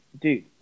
dude